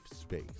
space